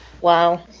wow